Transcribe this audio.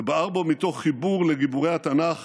זה בער בו מתוך חיבור לגיבורי התנ"ך